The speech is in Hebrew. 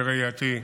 בראייתי,